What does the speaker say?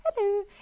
Hello